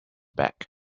back